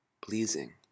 pleasing